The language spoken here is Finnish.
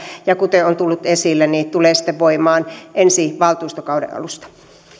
ja kuten on tullut esille se tulee sitten voimaan ensi valtuustokauden alusta